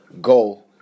go